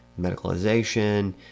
medicalization